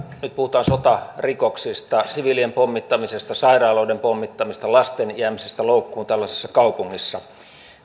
nyt puhutaan sotarikoksista siviilien pommittamisesta sairaaloiden pommittamisesta lasten jäämisestä loukkuun tällaisessa kaupungissa